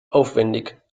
aufwendig